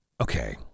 okay